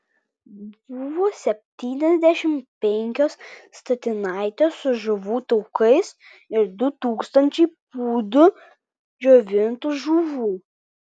buvo septyniasdešimt penkios statinaitės su žuvų taukais ir du tūkstančiai pūdų džiovintų žuvų